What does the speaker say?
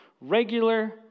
regular